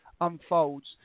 unfolds